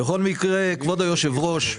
בכל מקרה, כבוד היושב-ראש,